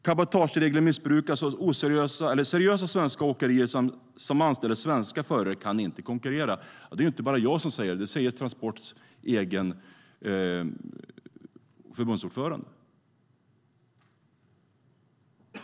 Cabotageregler missbrukas, och seriösa svenska åkerier som anställer svenska förare kan inte konkurrera. Det är inte bara jag som säger detta, utan det säger också Transports förbundsordförande.